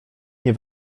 nie